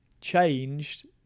changed